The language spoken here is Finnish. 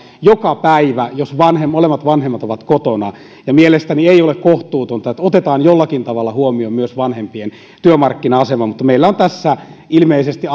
joka päivä jos molemmat vanhemmat ovat kotona mielestäni ei ole kohtuutonta että otetaan jollakin tavalla huomioon myös vanhempien työmarkkina asema mutta meillä on tässä ilmeisesti